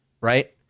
right